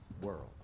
world